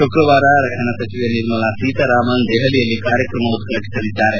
ಶುಕ್ರವಾರ ರಕ್ಷಣಾ ಸಚಿವೆ ನಿರ್ಮಲಾ ಸೀತಾರಾಮನ್ ದೆಪಲಿಯಲ್ಲಿ ಕಾರ್ಯಕ್ರಮ ಉದ್ಘಾಟಿಲಿದ್ದಾರೆ